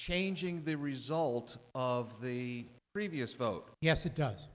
changing the result of the previous vote yes it does